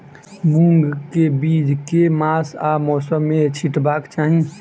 मूंग केँ बीज केँ मास आ मौसम मे छिटबाक चाहि?